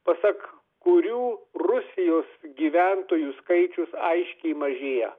pasak kurių rusijos gyventojų skaičius aiškiai mažėja